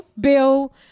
Bill